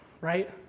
right